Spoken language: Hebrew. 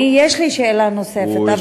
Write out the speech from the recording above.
יש לי שאלה נוספת.